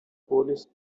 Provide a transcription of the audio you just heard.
police